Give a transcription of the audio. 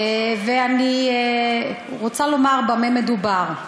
ואני רוצה לומר במה מדובר.